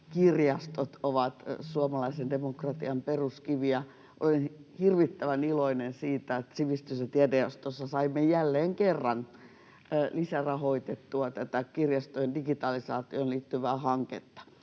Kirjastot ovat suomalaisen demokratian peruskiviä. Olen hirvittävän iloinen siitä, että sivistys- ja tiedejaostossa saimme jälleen kerran lisärahoitettua tätä kirjastojen digitalisaatioon liittyvää hanketta.